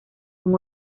son